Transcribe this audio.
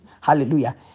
Hallelujah